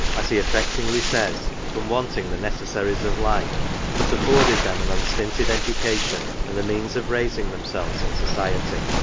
as he affectingly says, from wanting the necessaries of life but afforded them an unstinted education, and the means of raising themselves in society.